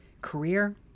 career